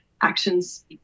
actions